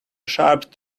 sharp